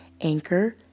Anchor